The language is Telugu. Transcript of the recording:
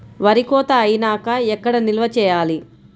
వరి కోత అయినాక ఎక్కడ నిల్వ చేయాలి?